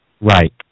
Right